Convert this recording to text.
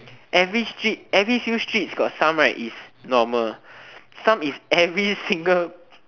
every street every few street got some right is normal some is every single